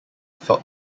felt